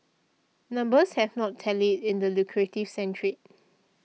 numbers have not tallied in the lucrative sand trade